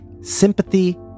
sympathy